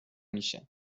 میشه